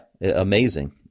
amazing